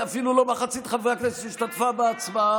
אפילו לא מחצית חברי הכנסת השתתפו בהצבעה.